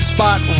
Spot